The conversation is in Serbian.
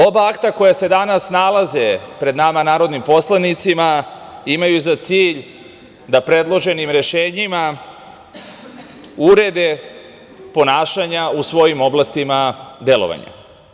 Oba akta koja se danas nalaze pred nama, narodnim poslanicima, imaju za cilj da predloženim rešenjima urede ponašanja u svojim oblastima delovanja.